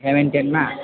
हेमिनटेनमा